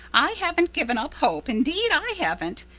i haven't given up hope, indeed i haven't.